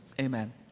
Amen